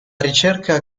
ricerca